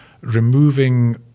removing